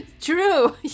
True